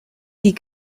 die